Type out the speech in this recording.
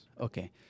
Okay